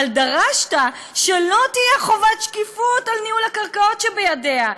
אבל דרשת שלא תהיה חובת שקיפות על ניהול הקרקעות שבידיה.